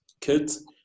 kids